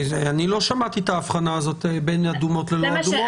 אני לא שמעתי את האבחנה הזאת בין אדומות ללא אדומות.